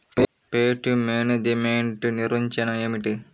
Pest management నిర్వచనం ఏమిటి?